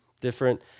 different